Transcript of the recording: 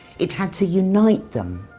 it had to unite them.